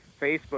Facebook